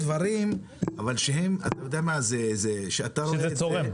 דברים --- שזה צורם.